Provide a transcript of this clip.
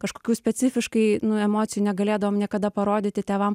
kažkokių specifiškai nu emocijų negalėdavom niekada parodyti tėvam